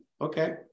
okay